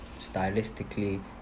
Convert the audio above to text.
stylistically